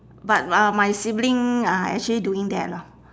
but uh my sibling are actually doing that lah